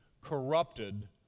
corrupted